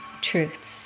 truths